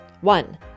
One